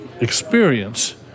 experience